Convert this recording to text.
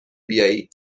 بیایی